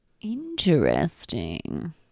Interesting